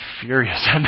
furious